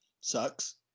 sucks